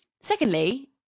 Secondly